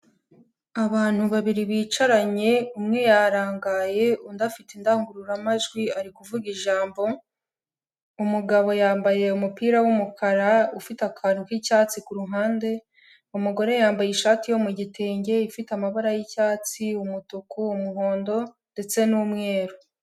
Abantu babiri bicaranye, umwe yarangaye undi afite indangururamajwi ari kuvuga ijambo, umugabo yambaye umupira w'umukara ufite akantu k'icyatsi ku ruhande, umugore yambaye ishati yo mu gitenge ifite amabara y'icyatsi, umutuku, umuhondo ndetse n'umweru.